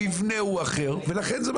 המבנה הוא אחר ולכן זה,